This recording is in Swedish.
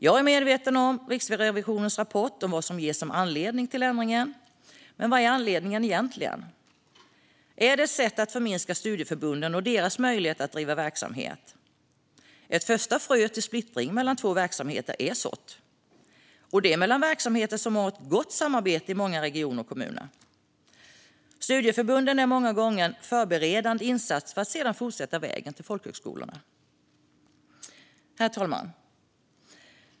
Jag är medveten om Riksrevisionens rapport och vad som anges som anledning till ändringen. Men vad är anledningen egentligen? Är det ett sätt att förminska studieförbunden och deras möjlighet att driva verksamhet? Ett första frö till splittring mellan två verksamheter är sått, och det är mellan verksamheter som har ett gott samarbete i många regioner och kommuner. Studieförbunden är många gånger en förberedande insats innan man sedan fortsätter till folkhögskolorna. Herr talman!